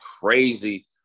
crazy